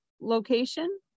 location